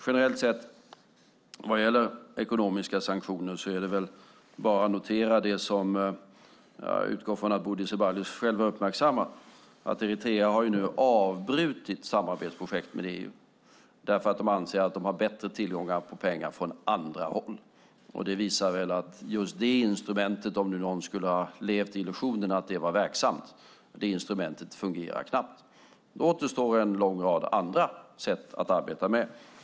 Generellt sett vad gäller ekonomiska sanktioner är det bara att notera det som jag utgår från att Bodil Ceballos själv har uppmärksammat, nämligen att Eritrea har avbrutit samarbetsprojekt med EU därför att de anser att de får bättre tillgång till pengar från andra håll. Det visar väl att just det instrumentet, om någon skulle ha levt i illusionen att det är verksamt, fungerar knappt. Då återstår en lång rad andra sätt att arbeta med.